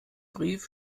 brief